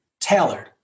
tailored